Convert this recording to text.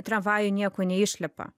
tramvajų nieko neišlipa